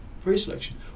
pre-selection